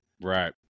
Right